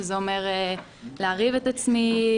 שזה אומר להרעיב את עצמי,